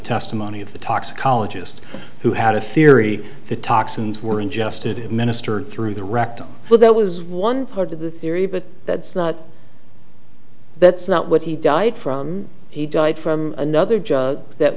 testimony of the toxicologist who had a theory that toxins were ingested administered through the rectum well that was one part of the theory but that's not that's not what he died from he died from another job that